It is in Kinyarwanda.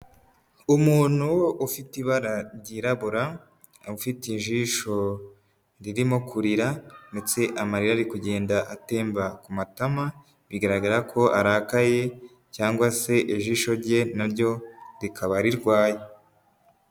Umuntu ufite ibara ryirabura, ufite ijisho ririmo kurira ndetse amarira ari kugenda atemba ku matama bigaragara ko arakaye cyangwa se ijisho rye naryo rikaba rirwaye.